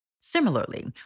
Similarly